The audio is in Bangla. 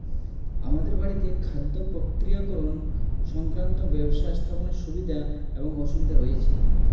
আমাদের বাড়িতে খাদ্য প্রক্রিয়াকরণ সংক্রান্ত ব্যবসা স্থাপনের সুবিধা এবং অসুবিধা রয়েছে